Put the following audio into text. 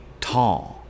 tall